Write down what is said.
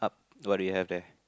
what do you have there